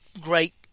great